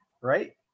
right